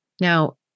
Now